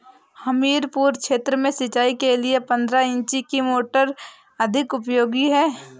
हमीरपुर क्षेत्र में सिंचाई के लिए पंद्रह इंची की मोटर अधिक उपयोगी है?